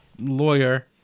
lawyer